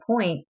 point